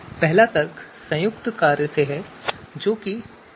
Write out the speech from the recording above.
पहला तर्क संयुक्त कार्य है सी